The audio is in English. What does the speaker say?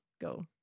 go